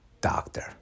doctor